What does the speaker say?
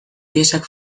piezak